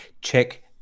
check